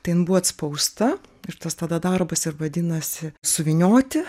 tai jin buvo atspausta ir tas tada darbas ir vadinasi suvynioti